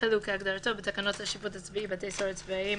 "כלוא" כהגדרתו בתקנות השיפוט הצבאי (בתי סוהר צבאיים),